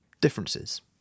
differences